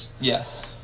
Yes